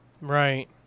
Right